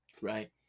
right